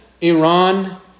Iran